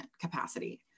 capacity